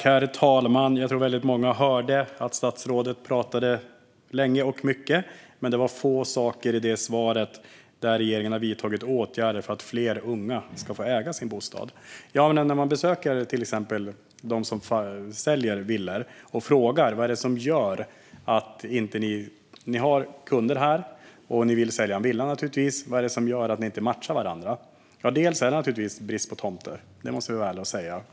Herr talman! Jag tror att många hörde att statsrådet talade länge och mycket men att det var få saker i svaret som visade att regeringen vidtagit åtgärder för att fler unga ska få äga sin bostad. När man besöker till exempel dem som säljer villor och frågar vad det är som gör att de inte kan matcha en kund mot en villa får man naturligtvis svaret att det delvis beror på brist på tomter. Det måste vi vara ärliga och säga.